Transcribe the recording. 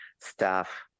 staff